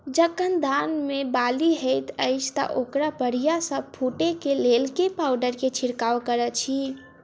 जखन धान मे बाली हएत अछि तऽ ओकरा बढ़िया सँ फूटै केँ लेल केँ पावडर केँ छिरकाव करऽ छी?